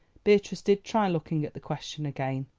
beatrice did try looking at the question again,